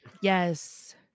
Yes